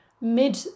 mid